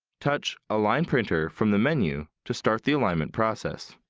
touch align printer from the menu to start the alignment process.